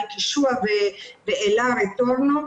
מלכישוע ואלה רטורנו,